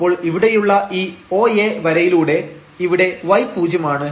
അപ്പോൾ ഇവിടെയുള്ള ഈ OA വരയിലൂടെ ഇവിടെ y പൂജ്യമാണ്